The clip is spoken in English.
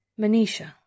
Manisha